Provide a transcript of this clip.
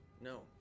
No